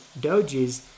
dojis